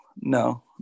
No